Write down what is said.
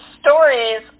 stories